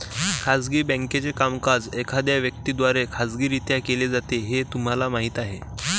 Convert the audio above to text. खाजगी बँकेचे कामकाज एखाद्या व्यक्ती द्वारे खाजगीरित्या केले जाते हे तुम्हाला माहीत आहे